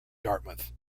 dartmouth